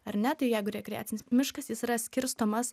ar ne tai jeigu rekreacinis miškas jis yra skirstomas